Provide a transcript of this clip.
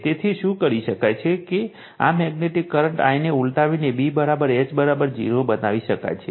તેથી શું કરી શકાય છે તેથી આ મેગ્નેટિક કરંટ I ને ઉલટાવીને B H 0 બનાવી શકાય છે